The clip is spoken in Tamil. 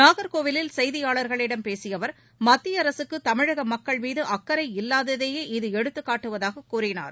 நாகர்கோவிலில் செய்தியாளர்களிடம் பேசிய அவர் மத்திய அரசுக்கு தமிழக மக்கள் மீது அக்கறையில்லாததையே இது எடுத்துக் காட்டுவதாகக் கூறினார்